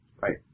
Right